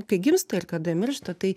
kai gimsta ir kada miršta tai